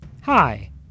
Hi